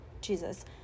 Jesus